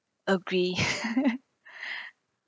agree